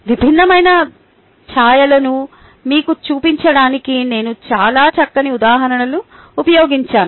విభిన్నమైన ఛాయలను మీకు చూపించడానికి నేను చాలా చక్కని ఉదాహరణలను ఉపయోగించాను